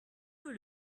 peut